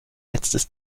letztes